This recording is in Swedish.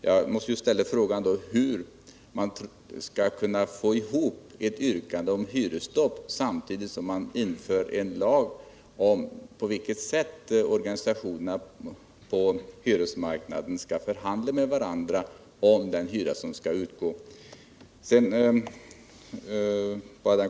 Jag måste ställa frågan: Hur kan man få ihop ett yrkande om hyresstopp samtidigt som vi inför en lag om på vilket sätt organisationerna på hyresmarknaden skall förhandla med varandra om den hyra som skall utgå?